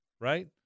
right